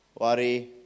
worry